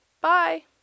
bye